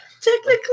Technically